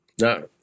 No